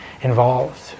involved